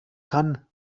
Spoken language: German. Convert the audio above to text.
kann